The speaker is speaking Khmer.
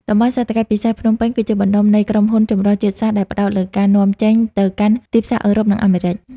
តំបន់សេដ្ឋកិច្ចពិសេសភ្នំពេញ គឺជាបណ្ដុំនៃក្រុមហ៊ុនចម្រុះជាតិសាសន៍ដែលផ្ដោតលើការនាំចេញទៅកាន់ទីផ្សារអឺរ៉ុប និងអាមេរិក។